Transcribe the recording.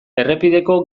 errepideko